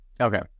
okay